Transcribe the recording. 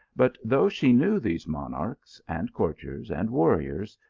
but though she knew these monarchs, and courtiers, and warriors,